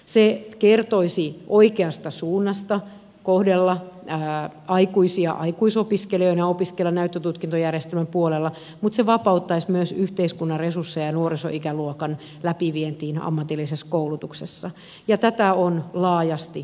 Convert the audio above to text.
se kertoisi oikeasta suunnasta kohdella aikuisia aikuisopiskelijoina ja opiskella näyttötutkintojärjestelmän puolella mutta se vapauttaisi myös yhteiskunnan resursseja nuoriso ikäluokan läpivientiin ammatillisessa koulutuksessa ja tätä on laajasti kannatettu